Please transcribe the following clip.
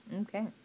Okay